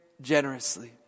generously